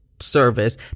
service